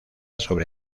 sobre